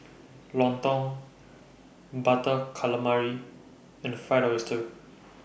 Lontong Butter Calamari and Fried Oyster